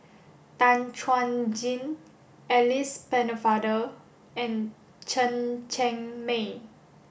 Tan Chuan Jin Alice Pennefather and Chen Cheng Mei